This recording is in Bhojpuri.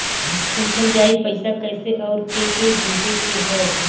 पूछल जाई पइसा कैसे अउर के के भेजे के हौ